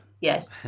Yes